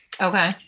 Okay